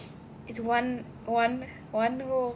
it's one one one row